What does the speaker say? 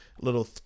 little